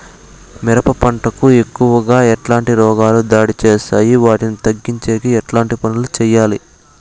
మిరప పంట కు ఎక్కువగా ఎట్లాంటి రోగాలు దాడి చేస్తాయి వాటిని తగ్గించేకి ఎట్లాంటి పనులు చెయ్యాలి?